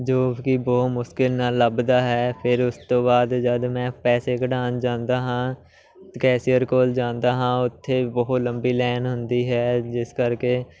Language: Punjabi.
ਜੋ ਕਿ ਬਹੁਤ ਮੁਸ਼ਕਿਲ ਨਾਲ ਲੱਭਦਾ ਹੈ ਫਿਰ ਉਸ ਤੋਂ ਬਾਅਦ ਜਦੋਂ ਮੈਂ ਪੈਸੇ ਕਢਾਉਣ ਜਾਂਦਾ ਹਾਂ ਕੈਸੀਅਰ ਕੋਲ ਜਾਂਦਾ ਹਾਂ ਉੱਥੇ ਬਹੁਤ ਲੰਬੀ ਲਾਈਨ ਹੁੰਦੀ ਹੈ ਜਿਸ ਕਰਕੇ